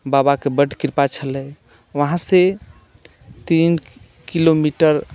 बाबाके बड्ड कृपा छलै वहाँसँ तीन किलोमीटर